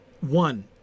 One